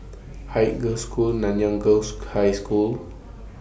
Haig Girls' School Nanyang Girls' High School